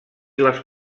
les